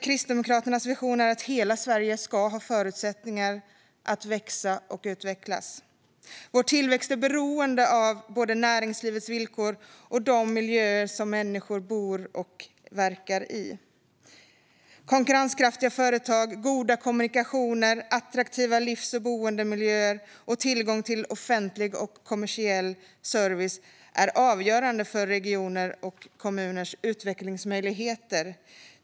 Kristdemokraternas vision är att hela Sverige ska ha förutsättningar att växa och utvecklas. Vår tillväxt är beroende av både näringslivets villkor och de miljöer där människor bor och verkar. Konkurrenskraftiga företag, goda kommunikationer, attraktiva livs och boendemöjligheter och tillgång till offentlig och kommersiell service är avgörande för regioners och kommuners utvecklingsmöjligheter.